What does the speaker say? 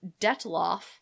Detloff